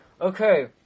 okay